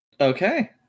Okay